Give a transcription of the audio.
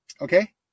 okay